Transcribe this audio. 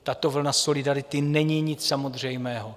Tato vlna solidarity není nic samozřejmého.